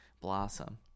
Blossom